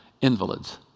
invalids